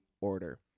order